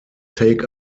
take